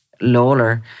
Lawler